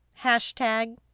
Hashtag